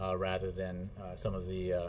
ah rather than some of the